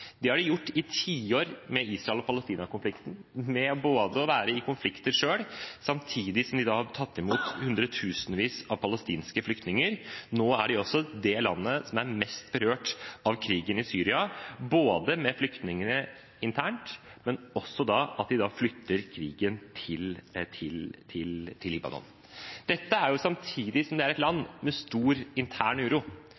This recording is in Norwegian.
Det har de gjort i Israel–Palestina-konflikten i tiår ved selv å være i konflikt samtidig som de har tatt imot hundretusenvis av palestinske flyktninger. Nå er dette også det landet som er mest berørt av krigen i Syria, både med flyktninger internt og ved at man flytter krigen til Libanon. Samtidig er dette et land med stor intern uro, og vi skal huske på at det er